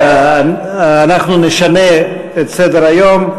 אנחנו נשנה את סדר-היום.